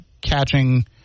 catching